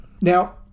Now